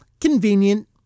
Convenient